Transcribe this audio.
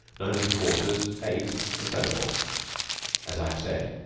nine and three quarters, eight, and so forth as i have said,